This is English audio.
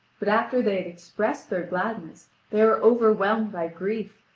but after they had expressed their gladness they are overwhelmed by grief,